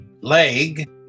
leg